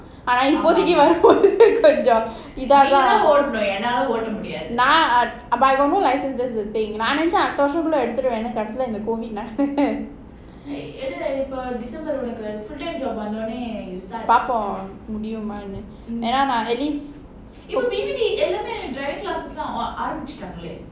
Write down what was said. நீங்கதான் ஓடணும் என்னால லாம் ஓட முடியாது:neengathaan odanum ennala laam oda mudiyathu but I got no licence that's the thing நான் நெனச்சேன் அடுத்த வருஷத்துக்குள்ள எடுத்துடுவேன்னு:naan nenachen adutha varushathukulla eduthuduvaenu பார்ப்போம் முடியுமான்னு:paarpom mudiyumaanu at least